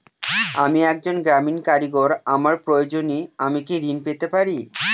আমি একজন গ্রামীণ কারিগর আমার প্রয়োজনৃ আমি কি ঋণ পেতে পারি?